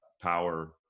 Power